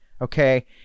okay